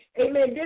Amen